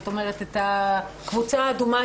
כלומר את הקבוצה האדומה,